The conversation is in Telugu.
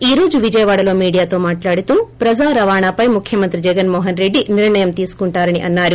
ఈ రోజు వ్జయవాడలో మీడియాతో మాట్లాడుతూ ప్రజా రవాణాపై ముఖ్యమంత్రి జగన్మోహన్రెడ్డి నిర్ణయం తీసుకుంటారని అన్నారు